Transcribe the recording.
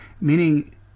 meaning